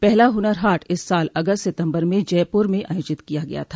पहला हुनर हाट इस साल अगस्त सितम्बर में जयप्रर में आयोजित किया गया था